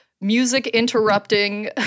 music-interrupting